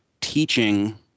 teaching